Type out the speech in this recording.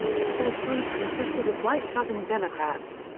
the fourth group consisted of white southern democrats.